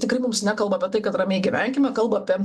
tikrai mums nekalba apie tai kad ramiai gyvenkime kalba apie